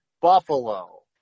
Buffalo